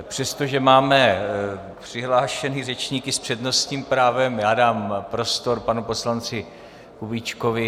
Přestože máme přihlášené řečníky z přednostním právem, já dám prostor panu poslanci Kubíčkovi.